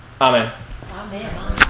Amen